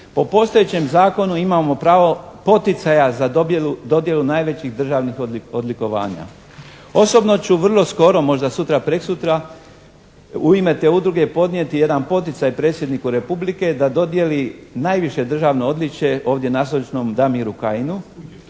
po postojećem zakonu imamo pravo poticaja za dodjelu najvećih državnih odlikovanja. Osobno ću vrlo skoro, možda sutra, prek'sutra u ime te udruge podnijeti jedan poticaj predsjedniku Republike da dodjeli najviše državno odličje ovdje nazočnom Damiru Kajinu.